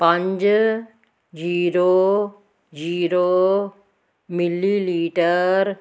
ਪੰਜ zero zero millilitre